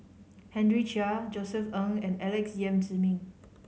Henry Chia Josef Ng and Alex Yam Ziming